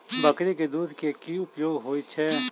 बकरी केँ दुध केँ की उपयोग होइ छै?